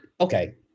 okay